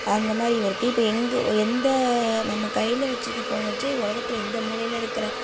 அந்த மாதிரி இருக்குது இப்போ எங்க எந்த நம்ம கையில் வச்சிருக்க ஃபோன வச்சு உலகத்துல எந்தமூலையில் இருக்கிற